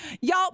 Y'all